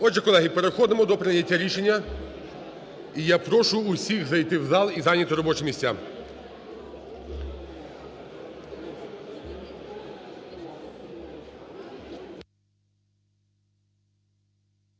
обговорення і переходимо до прийняття рішення. Я прошу усіх зайти в зал і зайняти робочі місця.